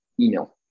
email